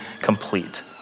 complete